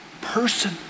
person